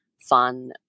fun